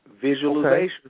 Visualization